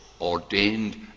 ordained